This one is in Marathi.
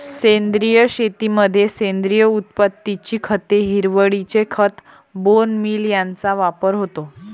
सेंद्रिय शेतीमध्ये सेंद्रिय उत्पत्तीची खते, हिरवळीचे खत, बोन मील यांचा वापर होतो